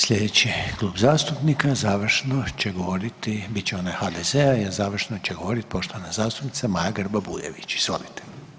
Slijedeći Klub zastupnika, završno će govoriti, bit će onaj HDZ-a i završno će govorit poštovana zastupnica Maja Grba Bujević, izvolite.